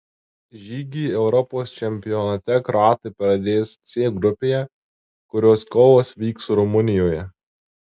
žygį europos čempionate kroatai pradės c grupėje kurios kovos vyks rumunijoje